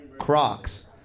Crocs